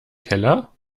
keller